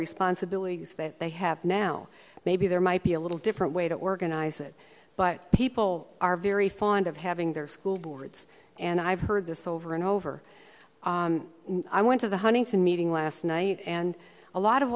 responsibilities that they have now maybe there might be a little different way to organize it but people are very fond of having their school boards and i've heard this over and over i went to the huntington meeting last night and a lot of